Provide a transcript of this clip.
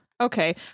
Okay